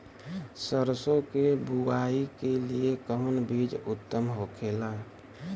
सरसो के बुआई के लिए कवन बिज उत्तम होखेला?